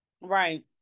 Right